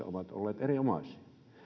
ovat olleet erinomaisia